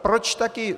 Proč taky...